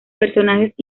personajes